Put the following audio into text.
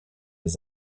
les